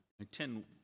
attend